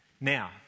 Now